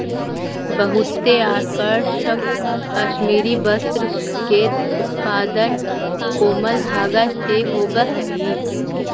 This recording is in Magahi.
बहुते आकर्षक कश्मीरी वस्त्र के उत्पादन कोमल धागा से होवऽ हइ